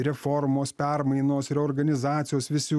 reformos permainos reorganizacijos visi